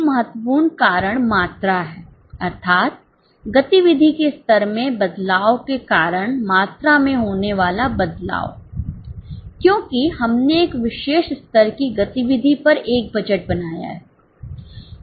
एक महत्वपूर्ण कारण मात्रा है अर्थात गतिविधि के स्तर में बदलाव के कारण मात्रा में होने वाला बदलाव क्योंकि हमने एक विशेष स्तर की गतिविधि पर एक बजट बनाया है